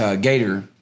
Gator